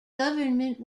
government